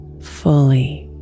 fully